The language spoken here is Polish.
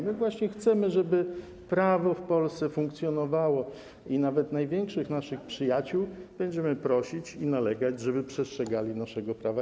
My właśnie chcemy, żeby prawo w Polsce funkcjonowało i nawet największych naszych przyjaciół będziemy prosić o to, i będziemy nalegać, żeby przestrzegali naszego prawa.